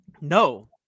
No